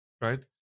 right